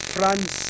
France